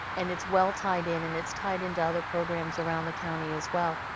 and it's well tied in and it's tied into other programs around the county as well.